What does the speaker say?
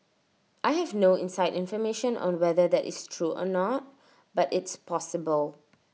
I have no inside information on whether that is true or not but it's possible